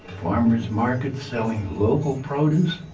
farmers markets selling local produce,